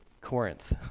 Corinth